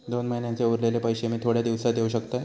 दोन महिन्यांचे उरलेले पैशे मी थोड्या दिवसा देव शकतय?